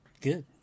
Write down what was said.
good